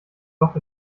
loch